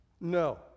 No